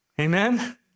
Amen